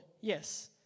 Yes